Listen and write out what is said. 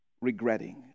regretting